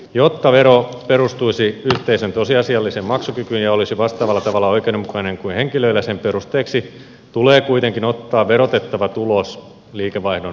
jotta vero perustuisi yhteisön tosiasialliseen maksukykyyn ja olisi vastaavalla tavalla oikeudenmukainen kuin henkilöillä sen perusteeksi tulee kuitenkin ottaa verotettava tulos liikevaihdon sijasta